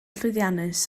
llwyddiannus